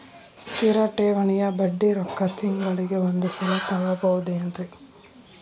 ಸ್ಥಿರ ಠೇವಣಿಯ ಬಡ್ಡಿ ರೊಕ್ಕ ತಿಂಗಳಿಗೆ ಒಂದು ಸಲ ತಗೊಬಹುದೆನ್ರಿ?